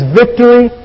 victory